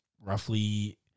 roughly